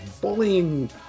bullying